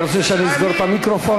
אתה רוצה שאני אסגור את המיקרופון?